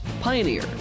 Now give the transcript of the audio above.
Pioneer